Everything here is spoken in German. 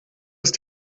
ist